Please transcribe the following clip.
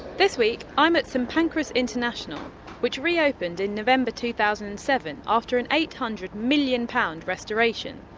this week i'm at st pancras international which reopened in november two thousand and seven after an eight hundred million pounds restoration.